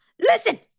listen